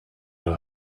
will